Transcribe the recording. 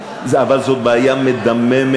אבל זאת בעיה מדממת.